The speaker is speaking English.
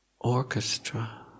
orchestra